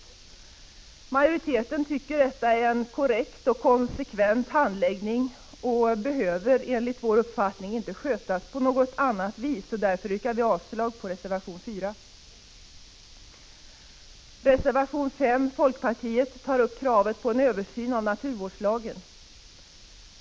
Utskottsmajoriteten tycker att detta är en korrekt och konsekvent handläggning och att frågan inte behöver skötas på annat vis. Därför yrkar vi avslag på reservation 4. I reservation 5 tar folkpartiet upp kravet på en översyn av naturvårdslagen.